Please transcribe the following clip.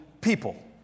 people